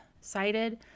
cited